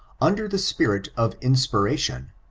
under the spirit of inspiration,